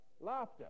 Laughter